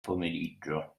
pomeriggio